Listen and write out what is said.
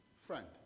friend